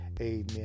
Amen